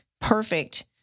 perfect